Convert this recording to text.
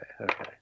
okay